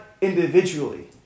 individually